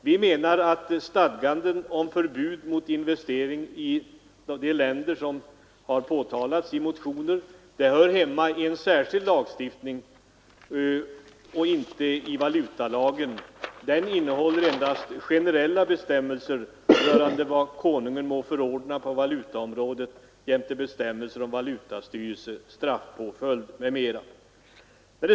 Vi menar att stadganden om förbud mot investering i de länder som har nämnts i motionen hör hemma i en särskild lagstiftning och inte i valutalagen. Denna innehåller endast generella bestämmelser rörande vad Kungl. Maj:t må förordna på valutaområdet jämte bestämmelser om valutastyrelse, straffpåföljd m.m.